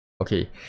okay